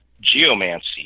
geomancy